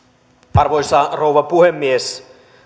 arvoisa rouva puhemies